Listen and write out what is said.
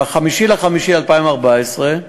ב-5 במאי 2014,